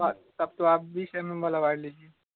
تب تو آپ بیس ایم ایم والا وائر لیجیے